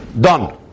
Done